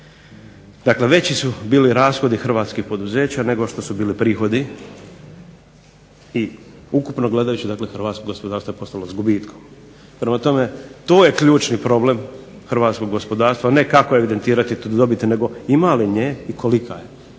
Dakle, veći su bili rashodi hrvatskih poduzeća nego što su bili prihodi. I ukupno gledajući hrvatsko gospodarstvo je poslovalo s gubitkom. Prema tome, to je ključni problem hrvatskog gospodarstva ne kako evidentirati dobiti, nego ima li nje i kolika je.